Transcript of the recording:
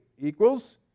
equals